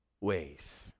ways